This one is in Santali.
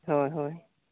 ᱦᱳᱭ ᱦᱳᱭ